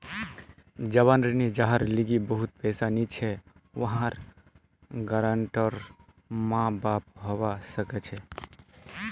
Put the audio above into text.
जवान ऋणी जहार लीगी बहुत पैसा नी छे वहार गारंटर माँ बाप हवा सक छे